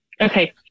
Okay